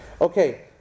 Okay